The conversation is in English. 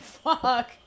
fuck